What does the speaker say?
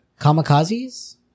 kamikazes